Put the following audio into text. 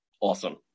Awesome